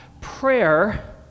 prayer